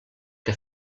que